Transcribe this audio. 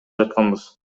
жатканбыз